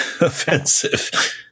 offensive